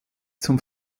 zum